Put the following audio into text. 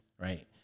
right